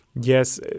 Yes